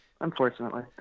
unfortunately